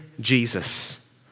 Jesus